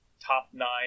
top-nine